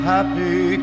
Happy